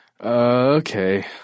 Okay